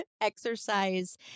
exercise